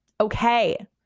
Okay